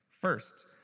First